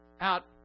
out